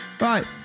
Right